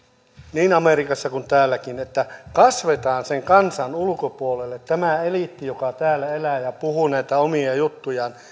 niin amerikassa kuin täälläkin että kasvetaan sen kansan ulkopuolelle tulee tämä eliitti joka täällä elää ja puhuu näitä omia juttujaan